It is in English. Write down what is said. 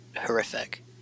horrific